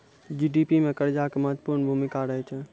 GDP मे कर्जा के महत्वपूर्ण भूमिका रहै छै